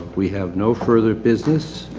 we have no further business.